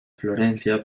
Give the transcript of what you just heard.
florencia